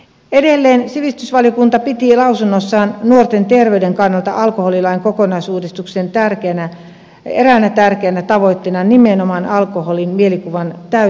edelleen sivistysvaliokunta piti lausunnossaan nuorten terveyden kannalta alkoholilain kokonaisuudistuksen eräänä tärkeänä tavoitteena nimenomaan alkoholin mielikuvamainonnan täyskieltoa